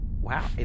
wow